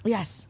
Yes